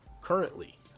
currently